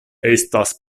estas